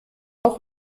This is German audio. auch